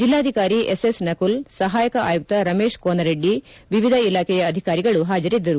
ಜಿಲ್ಲಾಧಿಕಾರಿ S S Nakul ಸಹಾಯಕ ಆಯುಕ್ತ ರಮೇಶ ಕೋನರೆಡ್ಡಿ ವಿವಿಧ ಇಲಾಖೆಯ ಅಧಿಕಾರಿಗಳು ಹಾಜರಿದ್ದರು